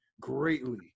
greatly